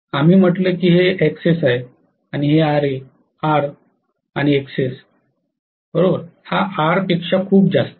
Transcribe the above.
आम्ही म्हटलं की हे Xs आहे हे R आणि Xs हा R पेक्षा खूप जास्त आहे